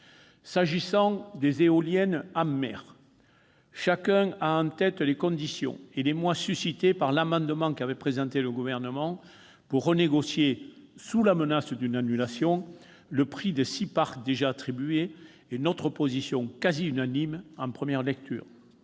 S'agissant des éoliennes en mer, chacun a en tête l'émoi suscité par l'amendement qu'avait présenté le Gouvernement pour renégocier sous la menace d'une annulation le prix des six parcs déjà attribués et notre opposition quasi unanime en première lecture.